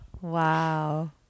Wow